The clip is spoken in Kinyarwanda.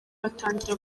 batangira